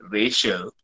racial